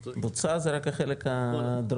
בוצע זה רק החלק הדרומי.